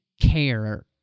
care